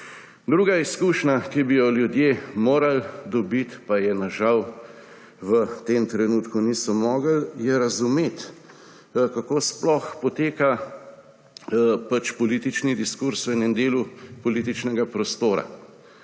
Druga izkušnja, ki bi jo ljudje morali dobiti, pa je žal v tem trenutku niso mogli, je razumeti, kako sploh poteka politični diskurz v enem delu političnega prostora.